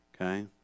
Okay